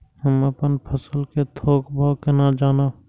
हम अपन फसल कै थौक भाव केना जानब?